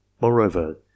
Moreover